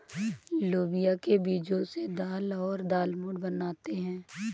लोबिया के बीजो से दाल और दालमोट बनाते है